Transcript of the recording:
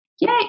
Yay